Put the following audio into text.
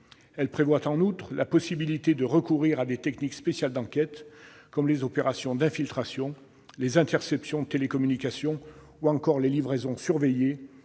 Elle prévoit en outre la possibilité de recourir à des techniques spéciales d'enquête comme les opérations d'infiltration, les interceptions de télécommunications ou encore les livraisons surveillées,